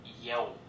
yo